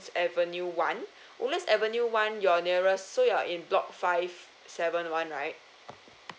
avenue one woodlands avenue one your nearest so you're in block five seven one right